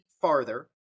farther